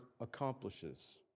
accomplishes